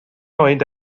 oed